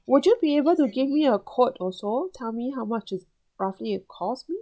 would you be able to give me a quote also tell me how much is roughly it cost me